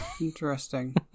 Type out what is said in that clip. Interesting